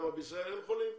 בישראל אין חולים?